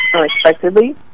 unexpectedly